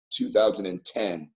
2010